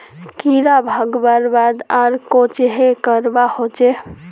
कीड़ा भगवार बाद आर कोहचे करवा होचए?